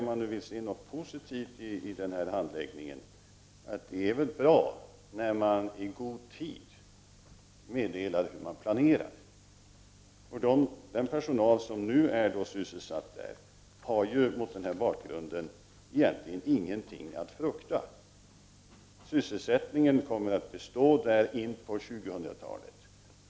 Om vi vill se något positivt i denna handläggning, är det väl bra när man i god tid meddelar hur man planerar. Den personal som nu är sysselsatt på Sturup har mot denna bakgrund egentligen ingenting att frukta. Sysselsättningen kommer att bestå in på 2000-talet.